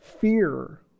fear